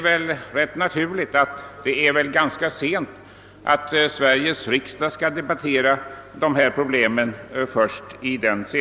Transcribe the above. Men då är det väl sent att låta Sveriges riksdag debattera dessa problem.